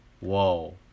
Whoa